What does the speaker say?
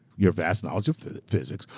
your vast knowledge of physics,